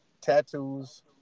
tattoos